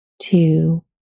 two